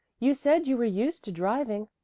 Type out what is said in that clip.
you said you were used to driving.